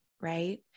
Right